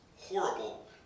Horrible